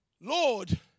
Lord